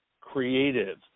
Creative